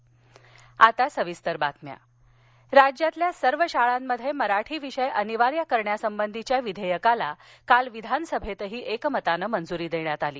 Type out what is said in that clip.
विधेयक राज्यातील सर्व शाळांमध्ये मराठी विषय अनिवार्य करण्या संबंधीच्या विधेयकालाही काल विधानसभेत एकमतानं मंजुरी देण्यात आली